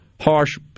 harsh